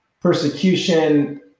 Persecution